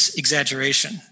exaggeration